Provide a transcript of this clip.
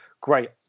great